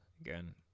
again